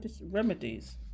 remedies